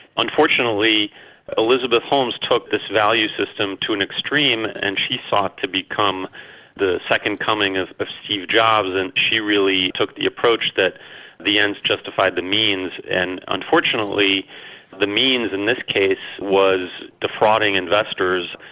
unfortunately elizabeth holmes took this value system to an extreme, and she sought to become the second coming of of steve jobs and she really took the approach that the ends justify the means. unfortunately the means, in this case, was defrauding investors,